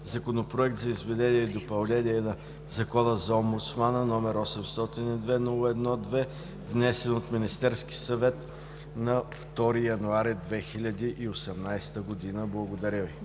Законопроект за изменение и допълнение на Закона за омбудсмана, № 802-01-2, внесен от Министерския съвет нa 2 януари 2018 г.“ Благодаря Ви.